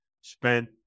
spent